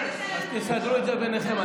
אז תסדרו את זה ביניכם.